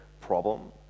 problem